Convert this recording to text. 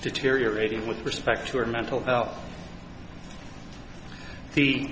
deteriorating with respect to her mental health the